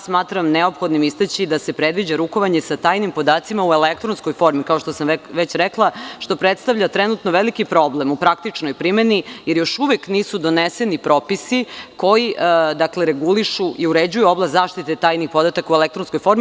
Smatram neophodnim istaći da se predviđa rukovanje sa tajnim podacima u elektronskoj formi, kao što sam već rekla, što predstavlja trenutno veliki problem u praktičnoj primeni, jer još uvek nisu doneseni propisi koji regulišu i uređuju oblast zaštite tajnih podataka u elektronskoj formi.